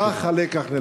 כך הלקח נלמד.